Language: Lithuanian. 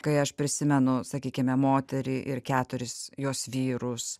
kai aš prisimenu sakykime moterį ir keturis jos vyrus